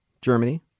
Germany